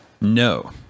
No